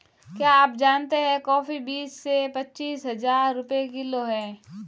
क्या आप जानते है कॉफ़ी बीस से पच्चीस हज़ार रुपए किलो है?